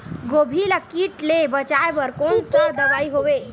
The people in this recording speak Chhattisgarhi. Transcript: गोभी ल कीट ले बचाय बर कोन सा दवाई हवे?